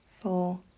four